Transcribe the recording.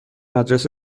آدرس